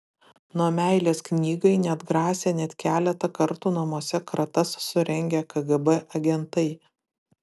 nuo meilės knygai neatgrasė net keletą kartų namuose kratas surengę kgb agentai